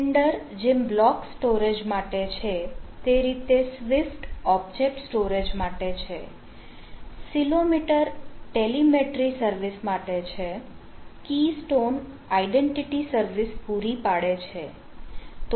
Cinder જેમ block storage માટે છે તે રીતે સ્વીફ્ટ સર્વિસ પૂરી પાડે છે